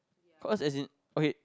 cause as in okay